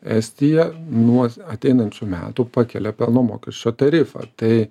estija nuo ateinančių metų pakelia pelno mokesčio tarifą tai